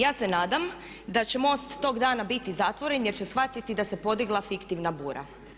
Ja se nadam da će most tog dana biti zatvoren jer će shvatiti da se podigla fiktivna bura.